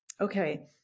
okay